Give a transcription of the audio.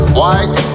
white